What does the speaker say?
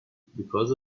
because